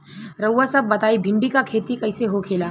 रउआ सभ बताई भिंडी क खेती कईसे होखेला?